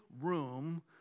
room